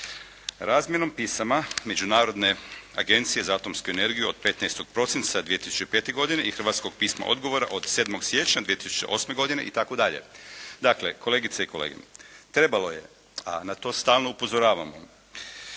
Razmjenom pisama Međunarodne agencije za atomsku energiju od 15. prosinca 2005. godine i hrvatskog pisma odgovora od 7. siječnja 2008. godine itd. Dakle, kolegice i kolege, trebalo je, a na to stalno upozoravamo